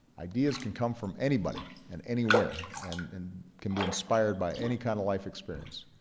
ideas can come from anybody and anywhere, and can be inspired by any kind of life experience.